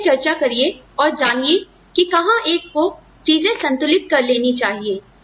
तो यह चर्चा करिए और जानिए की कहां एक को चीजें संतुलित कर लेनी चाहिए